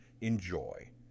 Enjoy